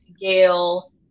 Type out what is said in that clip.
Gail